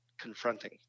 confronting